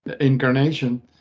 incarnation